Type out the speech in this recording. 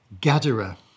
Gadara